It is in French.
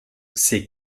ces